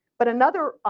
but another